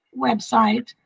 website